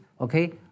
okay